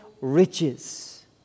riches